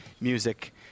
music